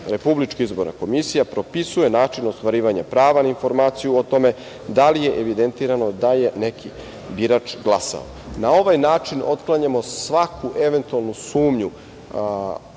Republička izborna komisija propisuje način ostvarivanja prava na informaciju o tome da li je evidentirano da je neki birač glasao. Na ovaj način otklanjamo svaku eventualnu sumnju